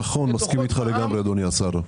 נכון, אני מסכים איתך לגמרי, אדוני השר.